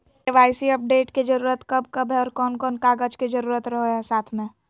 KYC update के जरूरत कब कब है और कौन कौन कागज के जरूरत रहो है साथ में?